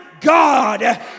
God